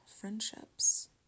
friendships